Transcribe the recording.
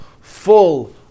full